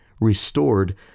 restored